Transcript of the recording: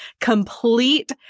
complete